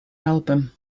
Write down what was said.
album